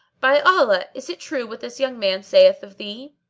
by allah, is it true what this young man saith of thee?